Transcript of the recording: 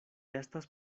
estas